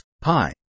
pi